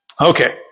Okay